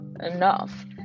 enough